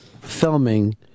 filming